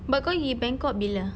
but kau pergi bangkok bila